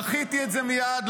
דחיתי את זה מייד.